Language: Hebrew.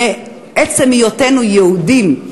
מעצם היותנו יהודים,